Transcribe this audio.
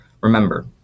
Remember